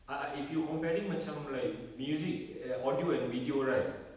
ah ah if you're comparing macam like music eh audio and video right